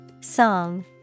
Song